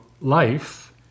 life